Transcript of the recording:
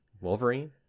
wolverine